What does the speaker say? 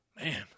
Man